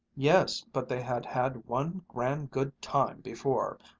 yes, but they had had one grand good time before!